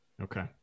Okay